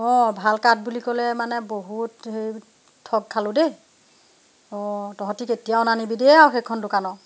অ' ভাল কাঠ বুলি ক'লে মানে বহুত সেই ঠগ খালো দেই অ' তহঁতি কেতিয়াও নানিবি দেই আৰু সেইখন দোকানৰ